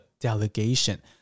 delegation